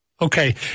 Okay